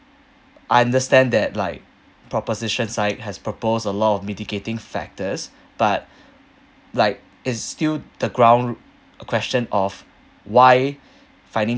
understand that like proposition's side has proposed a lot of mitigating factors but like it's still the ground question of why finding